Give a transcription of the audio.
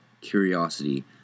curiosity